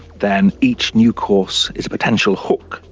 then each new course is a potential hook,